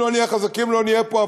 ואם לא נהיה חזקים לא נהיה פה,